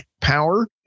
power